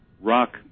rock